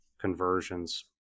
conversions